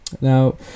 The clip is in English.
Now